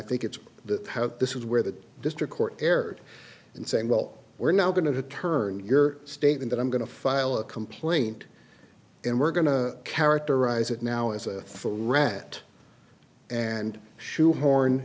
the this is where the district court erred in saying well we're now going to turn your state in that i'm going to file a complaint and we're going to characterize it now as a rat and sure horn